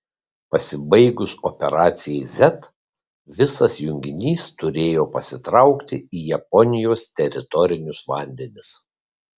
pasibaigus operacijai z visas junginys turėjo pasitraukti į japonijos teritorinius vandenis